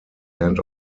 end